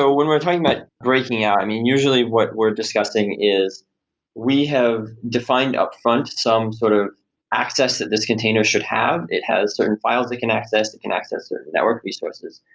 so when we're talking about but breaking out, i mean, usually what we're discussing is we have defined upfront some sort of access that this container should have. it has certain files it can access. it can access certain network resources,